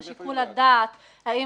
רגע, לא